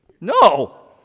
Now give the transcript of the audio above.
No